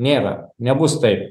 nėra nebus taip